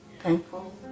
Thankful